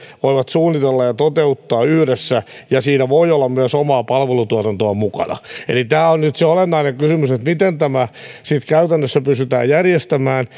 voivat suunnitella ja toteuttaa yhdessä ja siinä voi olla myös omaa palveluntuotantoa mukana eli tämä on nyt se olennainen kysymys miten tämä sitten käytännössä pystytään järjestämään